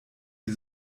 die